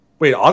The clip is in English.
Wait